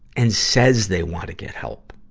and says they want to get help.